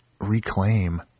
reclaim